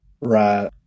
Right